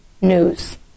news